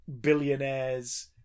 billionaire's